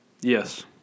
yes